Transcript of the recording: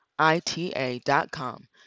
ITA.com